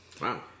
Wow